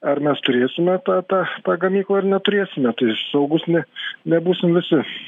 ar mes turėsime tą tą tą gamyklą ar neturėsime tai saugūs ne nebūsim visi